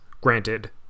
granted